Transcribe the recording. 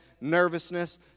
nervousness